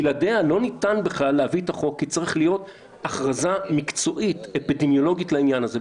צריכה להיות הכרזה מקצועית-אפידמיולוגית לעניין הזה.